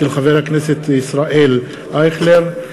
של חבר הכנסת ישראל אייכלר.